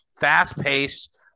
Fast-paced